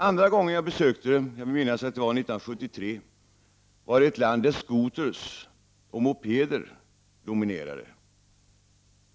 Andra gången jag besökte det, jag vill minnas det var 1973, var det ett land där skotrar och mopeder dominerade.